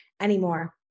anymore